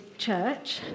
Church